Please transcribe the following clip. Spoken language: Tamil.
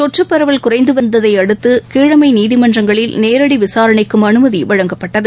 தொற்று பரவல் குறைந்து வந்ததை அடுத்து கீழமை நீதிமன்றங்களில் நேரடி விசாரணைக்கும் அனுமதி வழங்கப்பட்டது